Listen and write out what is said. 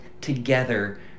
together